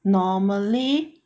normally